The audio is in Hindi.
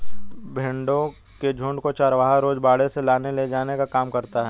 भेंड़ों के झुण्ड को चरवाहा रोज बाड़े से लाने ले जाने का काम करता है